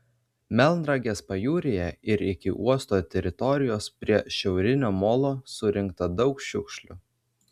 melnragės pajūryje ir iki uosto teritorijos prie šiaurinio molo surinkta daug šiukšlių